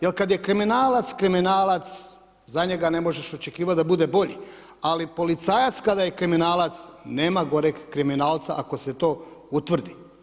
Jer kad je kriminalac kriminalac, za njega ne možeš očekivati da bude bolji, ali policajac kada je kriminalac, nema goreg kriminalca ako se to utvrdi.